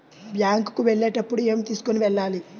Bank కు వెళ్ళేటప్పుడు ఏమి తీసుకొని వెళ్ళాలి?